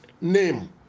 name